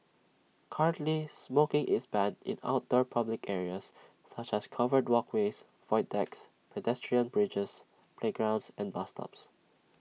currently smoking is banned in outdoor public areas such as covered walkways void decks pedestrian bridges playgrounds and bus stops